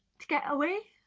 to get away?